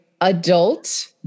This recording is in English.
adult